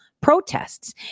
protests